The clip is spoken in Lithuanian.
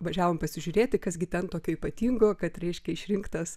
važiavom pasižiūrėti kas gi ten tokio ypatingo kad reiškia išrinktas